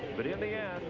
but in the end,